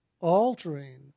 altering